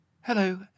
Hello